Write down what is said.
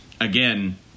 again